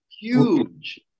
Huge